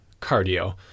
cardio